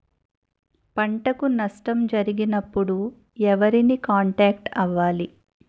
పంటకు నష్టం జరిగినప్పుడు ఎవరిని కాంటాక్ట్ అవ్వాలి?